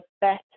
better